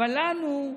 אבל לנו,